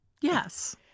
Yes